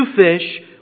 fish